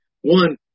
one